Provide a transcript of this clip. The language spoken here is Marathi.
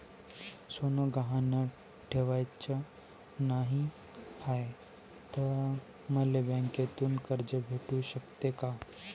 सोनं गहान ठेवाच नाही हाय, त मले बँकेतून कर्ज भेटू शकते का?